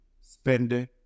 Spending